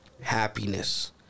happiness